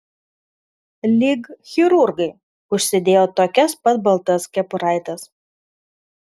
lyg chirurgai užsidėjo tokias pat baltas kepuraites